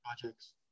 projects